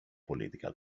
political